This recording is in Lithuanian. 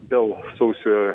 dėl sausio